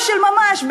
של ממש,